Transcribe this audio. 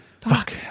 Fuck